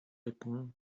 répond